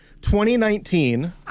2019